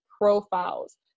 profiles